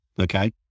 Okay